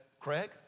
Craig